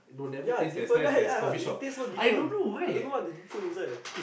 ya different right ya ya it tastes so different I don't know what they put inside